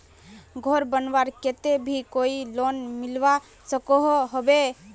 घोर बनवार केते भी कोई लोन मिलवा सकोहो होबे?